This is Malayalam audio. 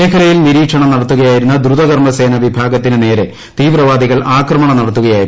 മേഖലയിൽ നിരീക്ഷണം നടത്തുകയായിരുന്ന ദ്രുതകർമ്മസേന വിഭാഗത്തിനു നേരെ തീവ്രവാദികൾ ആക്രമണം നടത്തുകയായിരുന്നു